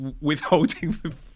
withholding